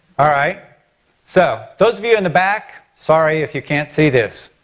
alright so those of you in the back sorry if you can't see this.